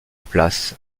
place